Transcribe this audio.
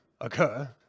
occur